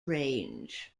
range